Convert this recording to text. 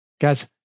Guys